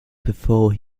before